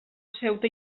ceuta